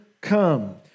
come